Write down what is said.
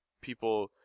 people